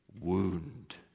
wound